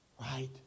right